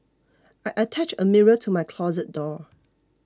I attached a mirror to my closet door